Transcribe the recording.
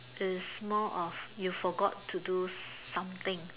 it's more of you forgot to do something